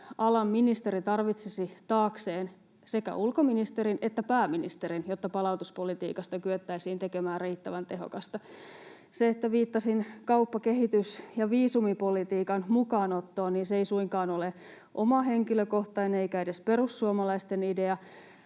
alan ministeri tarvitsisi taakseen sekä ulkoministerin että pääministerin, jotta palautuspolitiikasta kyettäisiin tekemään riittävän tehokasta. Se, että viittasin kauppa-, kehitys- ja viisumipolitiikan mukaanottoon, ei suinkaan ole oma henkilökohtainen eikä edes perussuomalaisten idea.